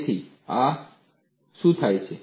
તેથી આ શું થાય છે